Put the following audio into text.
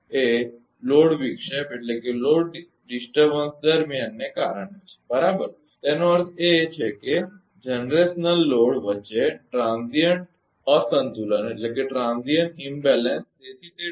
એ load વિક્ષેપ દરમિયાન ને કારણે છે બરાબર તેનો અર્થ એ છે કે જનરેશનલ લોડ વચ્ચે ટ્રાંઝીઇન્ટ અસંતુલન તેથી તે ટાઈ પાવરને પણ અસર કરશે